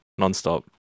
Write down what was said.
nonstop